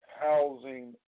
housing